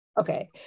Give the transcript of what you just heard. Okay